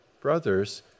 brothers